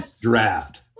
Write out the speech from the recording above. Draft